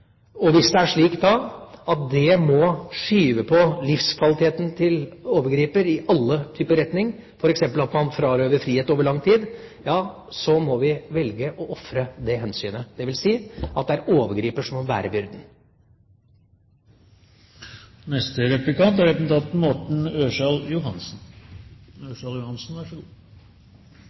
Hvis det må skyve på livskvaliteten til overgriper i alle typer retninger, f.eks. at man frarøves friheten i lang tid, da må vi velge å ofre det hensynet. Det vil si at det er overgriper som